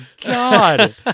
God